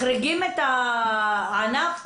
מחריגים את כל הענף,